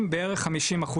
הם בערך 50%,